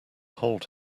hold